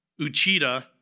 Uchida